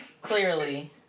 Clearly